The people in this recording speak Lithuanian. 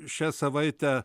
šią savaitę